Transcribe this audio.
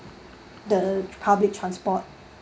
the public transport